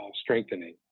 strengthening